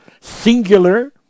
singular